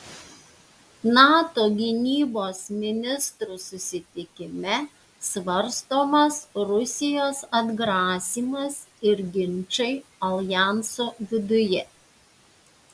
nato gynybos ministrų susitikime svarstomas rusijos atgrasymas ir ginčai aljanso viduje